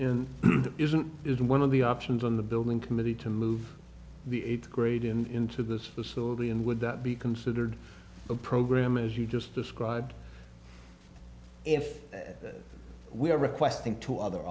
classroom isn't it one of the options on the building committee to move the eighth grade and into this facility and would that be considered a program as you just described if we are requesting two other